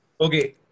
Okay